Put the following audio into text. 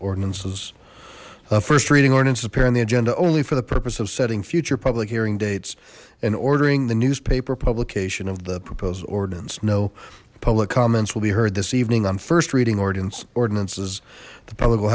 ordinances first reading ordinances appear on the agenda only for the purpose of setting future public hearing dates and ordering the newspaper publication of the proposal ordinance no public comments will be heard this evening on first reading ordinance ordinances the public will